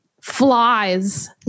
flies